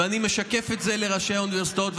ואני משקף את זה לראשי האוניברסיטאות.